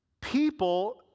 people